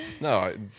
No